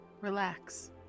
relax